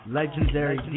legendary